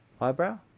eyebrow